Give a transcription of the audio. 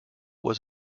was